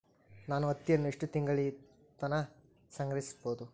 ನಾನು ಹತ್ತಿಯನ್ನ ಎಷ್ಟು ತಿಂಗಳತನ ಸಂಗ್ರಹಿಸಿಡಬಹುದು?